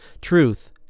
Truth